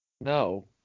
No